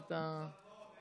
אז אתה,